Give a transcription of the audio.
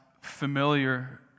familiar